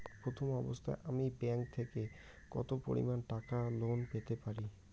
প্রথম অবস্থায় আমি ব্যাংক থেকে কত পরিমান টাকা লোন পেতে পারি?